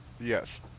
Yes